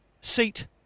seat